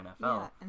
NFL